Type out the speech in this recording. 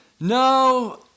No